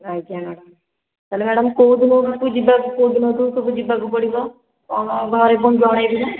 ଆଜ୍ଞା ମ୍ୟାଡ଼ାମ ତାହେଲେ ମ୍ୟାଡ଼ାମ ଯିବା କେଉଁ ଦିନଠୁ ସବୁ ଯିବାକୁ ପଡ଼ିବ କଣ ଘରେ ପୁଣି ଜଣେଇବି ନା